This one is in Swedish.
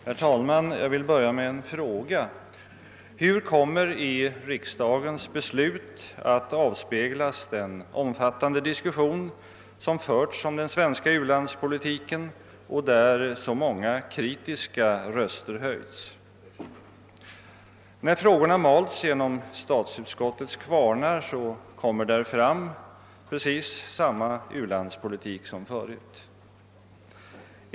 Herr talman! Jag vill börja med en fråga. Hur kommer riksdagens beslut att avspegla den omfattande diskussion som förts om den svenska u-landspolitiken, där så många kritiska röster höjts? Sedan frågorna har malts genom statsutskottets kvarnar kommer där fram precis samma u-landspolitik som förut.